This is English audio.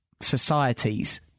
societies